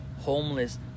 homeless